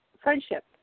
Friendship